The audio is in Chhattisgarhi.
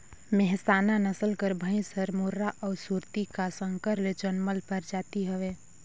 मेहसाना नसल कर भंइस हर मुर्रा अउ सुरती का संकर ले जनमल परजाति हवे